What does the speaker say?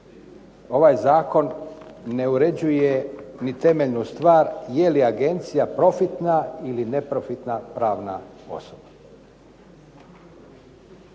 ovaj zakon ne uređuje ni temeljnu stvar je li agencija profitna ili neprofitna pravna osoba?